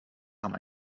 haben